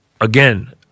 again